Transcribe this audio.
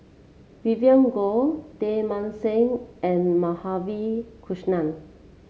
Vivien Goh Teng Mah Seng and Madhavi Krishnan